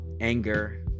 anger